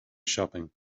shopping